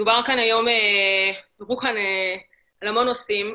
דברו על הרבה נושאים.